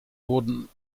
wurden